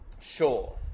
Sure